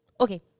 Okay